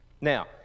Now